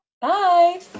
Bye